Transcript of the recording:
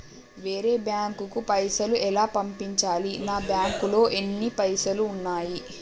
వేరే బ్యాంకుకు పైసలు ఎలా పంపించాలి? నా బ్యాంకులో ఎన్ని పైసలు ఉన్నాయి?